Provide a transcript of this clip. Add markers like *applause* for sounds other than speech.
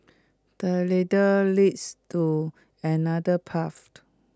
the ladder leads to another path *unintelligible*